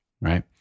Right